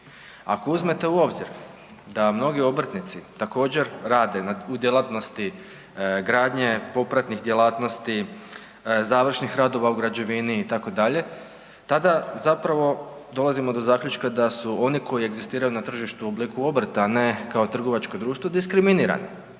Ako uzmete u obzir da mnogi obrtnici također rade u djelatnosti gradnje, popratnih djelatnosti, završnih radova u građevini itd., tada zapravo dolazimo do zaključka da su oni koji egzistiraju na tržištu u obliku obrta, a ne kao trgovačko društvo diskriminirani,